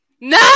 No